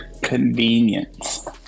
Convenience